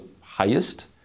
highest